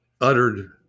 uttered